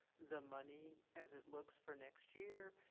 the money as it looks for next year,